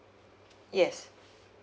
yes